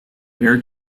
air